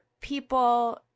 people